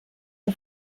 the